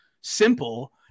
simple